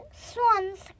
Swans